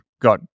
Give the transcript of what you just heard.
got